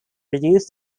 reduce